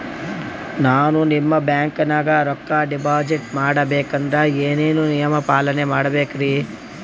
ನಾನು ನಿಮ್ಮ ಬ್ಯಾಂಕನಾಗ ರೊಕ್ಕಾ ಡಿಪಾಜಿಟ್ ಮಾಡ ಬೇಕಂದ್ರ ಏನೇನು ನಿಯಮ ಪಾಲನೇ ಮಾಡ್ಬೇಕ್ರಿ?